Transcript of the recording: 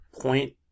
point